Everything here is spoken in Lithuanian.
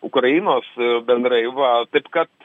ukrainos bendrai va taip kad